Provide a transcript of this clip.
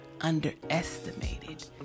underestimated